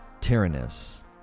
Tyrannus